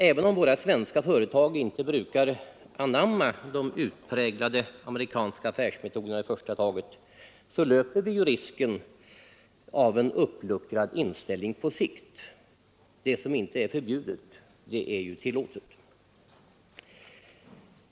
Även om våra svenska företag inte i första taget brukar anamma de utpräglat amerikanska affärsmetoderna, löper vi risken att på sikt få en uppluckrad inställning till detta — det som inte är förbjudet är ju tillåtet.